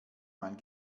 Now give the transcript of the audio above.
mein